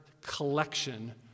collection